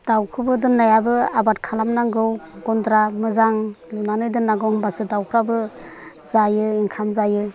दाउखौबो दोननायाबो आबाद खालामनांगौ गन्द्रा मोजां लुनानै दोननांगौ होनबासो दाउफ्राबो जायो इनखाम जायो